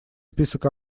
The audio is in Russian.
список